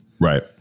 Right